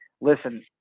listen